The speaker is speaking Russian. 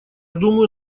думаю